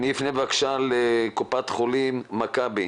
אני אפנה לקופת חולים מכבי.